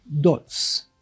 dots